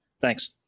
Thanks